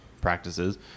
practices